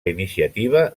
iniciativa